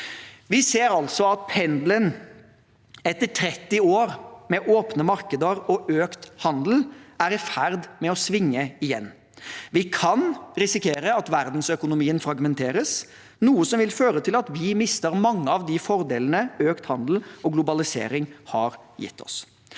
Vi ser altså at pendelen, etter 30 år med åpne markeder og økt handel, er i ferd med å svinge igjen. Vi kan risikere at verdensøkonomien fragmenteres, noe som vil føre til at vi mister mange av de fordelene økt handel og globalisering har gitt oss.